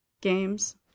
games